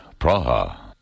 Praha